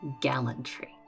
gallantry